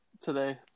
today